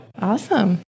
Awesome